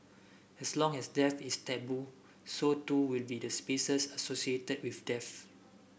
as long as death is taboo so too will be the spaces associated with death